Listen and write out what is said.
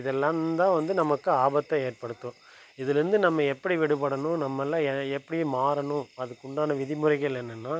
இதெல்லாம்தான் வந்து நமக்கு ஆபத்தை ஏற்படுத்தும் இதுலேருந்து நம்ம எப்படி விடுபடணும் நம்ம எல்லா எப்படி மாறணும் அதுக்குண்டான விதிமுறைகள் என்னென்னா